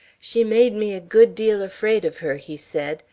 she made me a good deal afraid of her, he said.